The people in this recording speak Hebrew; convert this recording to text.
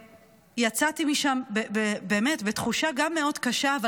יצאתי משם באמת גם בתחושה קשה מאוד,